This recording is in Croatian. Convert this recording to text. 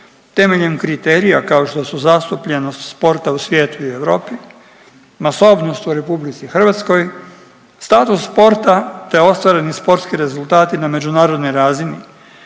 temeljem kriterija kao što su zastupljenost sporta u svijetu i u Europu, masovnost u RH, status sporta, te ostvareni sportski rezultati na međunarodnoj razini,